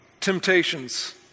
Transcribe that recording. temptations